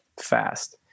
fast